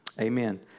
Amen